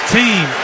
team